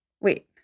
Wait